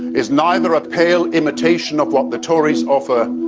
is neither a pale imitation of what the tories offer,